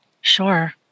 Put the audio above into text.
Sure